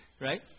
right